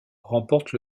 remporte